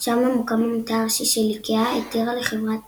שם ממוקם המטה הראשי של איקאה, התירה לחברת